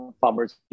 farmers